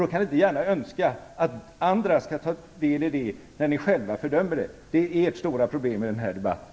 Ni kan ju inte gärna önska att andra skall delta i det när ni själva fördömer det. Det är ert stora problem i den här debatten.